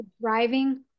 driving